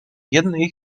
jednej